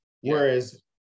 Whereas